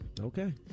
Okay